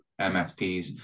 MSPs